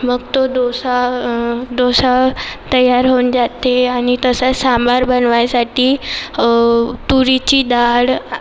मग तो डोसा डोसा तयार होऊन जाते आणि तसा सांबार बनवायसाठी तुरीची डाळ